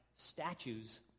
Statues